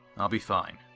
i'll be fine.